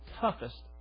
toughest